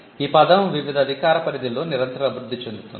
ఈ పదం వివిధ అధికార పరిధిలో నిరంతరం అభివృద్ధి చెందుతోంది